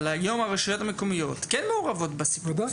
אבל היום הרשויות המקומיות כן מעורבות בסוגיה.